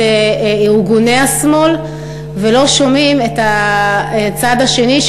ארגוני השמאל ולא שומעים את הצד השני,